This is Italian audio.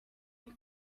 file